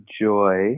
joy